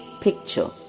picture